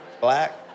black